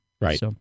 Right